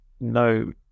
no